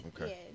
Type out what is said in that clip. Okay